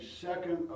second